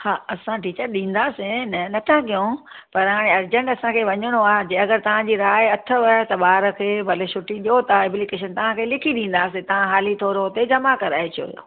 हा असां टीचर ॾींदासीं न नथा कयूं पर हाणे अर्जेंट असांखे वञिणो आहे जे अगरि तव्हांजी राय अथव त ॿार खे भले छुटी ॾियो था एप्लीकेशन तव्हांखे लिखी ॾींदासीं तव्हां हाली थोरो हुते जमा कराए अचिजो